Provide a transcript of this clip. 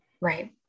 Right